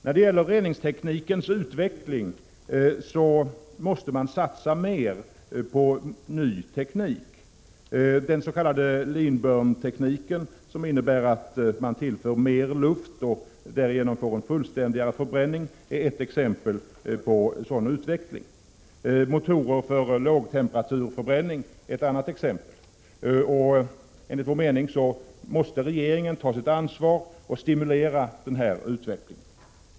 När det gäller reningsteknikens utveckling måste man satsa mer på ny teknik. Den s.k. leanburntekniken, som innebär att man tillför luft och därigenom får en fullständigare förbränning, är ett exempel på sådan utveckling. Motorer för lågtemperaturförbränning är ett annat exempel. Enligt vår mening måste regeringen ta sitt ansvar och stimulera sådan teknisk utveckling.